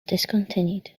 discontinued